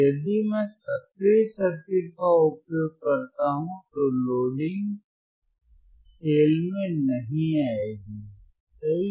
यदि मैं सक्रिय सर्किट का उपयोग करता हूं तो लोडिंग खेल में नहीं आएगी सही है